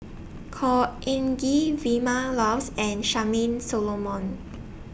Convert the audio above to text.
Khor Ean Ghee Vilma Laus and Charmaine Solomon